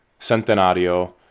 Centenario